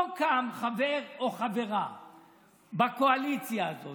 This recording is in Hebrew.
לא קם חבר או חברה בקואליציה הזאת,